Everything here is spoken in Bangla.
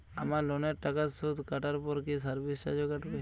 আমার লোনের টাকার সুদ কাটারপর কি সার্ভিস চার্জও কাটবে?